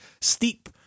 steep